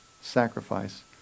sacrifice